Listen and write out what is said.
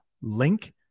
LINK